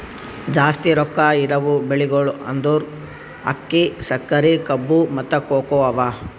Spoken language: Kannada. ಜಾಸ್ತಿ ರೊಕ್ಕಾ ಇರವು ಬೆಳಿಗೊಳ್ ಅಂದುರ್ ಅಕ್ಕಿ, ಸಕರಿ, ಕಬ್ಬು, ಮತ್ತ ಕೋಕೋ ಅವಾ